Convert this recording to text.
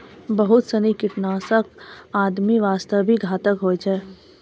बहुत सीनी कीटनाशक आदमी वास्तॅ भी घातक होय छै